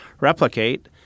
replicate